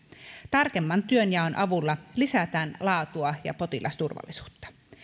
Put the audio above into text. tarkemman työnjaon avulla lisätään laatua ja potilasturvallisuutta